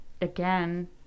again